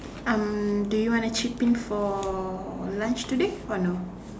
um do you want to chip in for lunch today or no